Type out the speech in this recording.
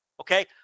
okay